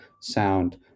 sound